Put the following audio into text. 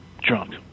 drunk